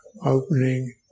opening